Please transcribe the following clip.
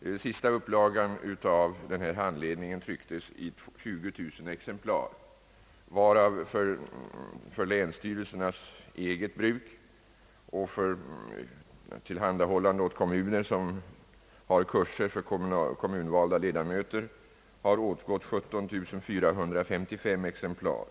ställt. Sista upplagan av handledningen trycktes i 20000 exemplar, varav för länsstyrelsernas eget bruk och för tillhandahållande åt kommuner som har kurser för kommunvalda ledamöter har åtgått 17455 exemplar.